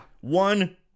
One